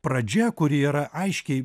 pradžia kuri yra aiškiai